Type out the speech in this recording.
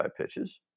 pitches